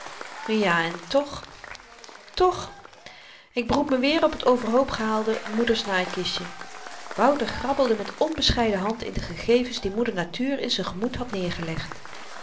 ja en toch toch ik beroep me weer op t overhoop gehaalde moeder's naaikistje wouter grabbelde met onbescheiden hand in de gegevens die moeder natuur in z'n gemoed had neergelegd